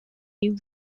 new